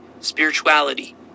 spirituality